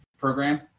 program